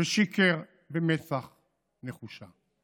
ושיקר במצח נחושה.